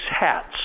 hats